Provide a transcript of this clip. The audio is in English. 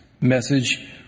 message